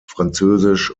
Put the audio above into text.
französisch